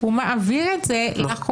הוא מעביר את זה לחוקרים.